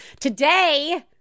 Today